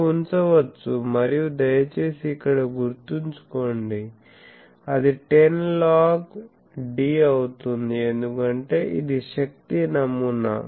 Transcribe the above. మీరు ఉంచవచ్చు మరియు దయచేసి ఇక్కడ గుర్తుంచుకోండి అది 10 లాగ్ d అవుతుంది ఎందుకంటే ఇది శక్తి నమూనా